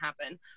happen